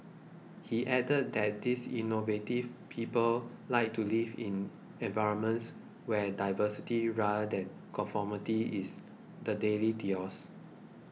he added that these innovative people like to live in environments where diversity rather than conformity is the daily ethos